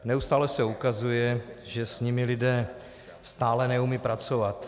Neustále se ukazuje, že s nimi lidé stále neumějí pracovat.